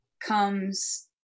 comes